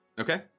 Okay